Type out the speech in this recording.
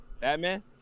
Batman